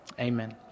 Amen